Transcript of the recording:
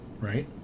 right